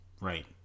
Right